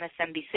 MSNBC